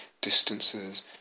distances